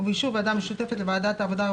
ובאישור ועדה משותפת לוועדת החוץ והביטחון